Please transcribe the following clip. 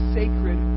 sacred